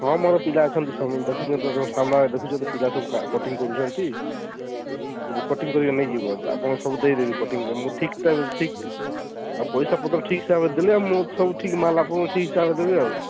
ହଁ ମୋର ପିଲା ଅଛନ୍ତି ସବୁ ଦେଖୁଛନ୍ତି ତ ତୁମ ସାମ୍ନାରେ ଦେଖୁଛନ୍ତି ପିଲା ସବୁ କା କଟିଙ୍ଗ୍ କରୁଛନ୍ତି ମୁଁ କଟିଙ୍ଗ୍ କରିକି ନେଇଯିବ ତା ଆପଣଙ୍କୁ ସବୁ ଦେଇଦେବି କଟିଙ୍ଗ୍ ରେ ମୁଁ ଠିକ୍ ଟାଇମ୍ରେ ଠିକ୍ ଆଉ ପଇସା ପତର ଠିକ୍ସେ ଆଗେ ଦେଲେ ଆଉ ମୁଁ ସବୁ ଠିକ୍ ମାଲ୍ ଆପଣୁଙ୍କୁ ଠିକ୍ ହିସାବରେ ଦେବି ଆଉ